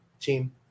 team